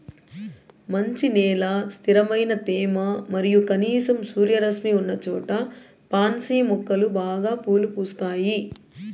మంచి నేల, స్థిరమైన తేమ మరియు కనీసం సూర్యరశ్మి ఉన్నచోట పాన్సి మొక్కలు బాగా పూలు పూస్తాయి